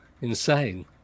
insane